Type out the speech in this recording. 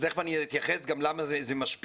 ותכף אני גם אומר למה במהות זה משפיל,